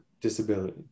disability